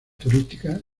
turísticas